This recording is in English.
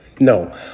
No